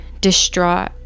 distraught